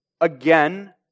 again